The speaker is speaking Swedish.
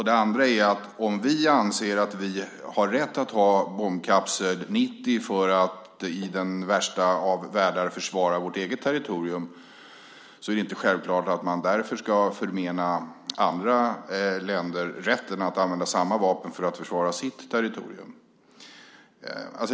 Det andra skälet är att om vi anser att vi har rätt att ha bombkapsel 90 för att i den värsta av världar försvara vårt eget territorium är det inte självklart att vi då ska förmena andra länder rätten att använda samma vapen för att försvara sitt territorium.